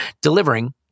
delivering